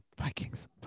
Vikings